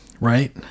Right